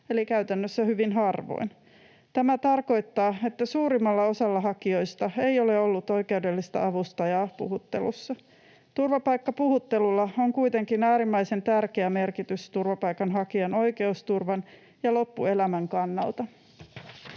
eli käytännössä hyvin harvoin. Tämä tarkoittaa, että suurimmalla osalla hakijoista ei ole ollut oikeudellista avustajaa puhuttelussa. Turvapaikkapuhuttelulla on kuitenkin äärimmäisen tärkeä merkitys turvapaikanhakijan oikeusturvan ja loppuelämän kannalta.